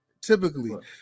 typically